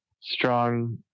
strong